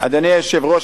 אדוני היושב-ראש,